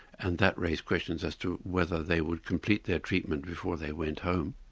and that raised questions as to whether they would complete their treatment before they went home.